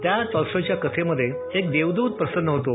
त्या टॉलस्टॉयच्या कथेमधे एक देवद्रत प्रसन्न होतो